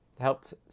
Helped